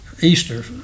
easter